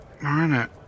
Marina